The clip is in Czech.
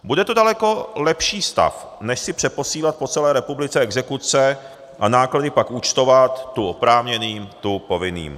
Bude to daleko lepší stav, než si přeposílat po celé republice exekuce a náklady pak účtovat tu oprávněným, tu povinným.